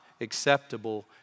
acceptable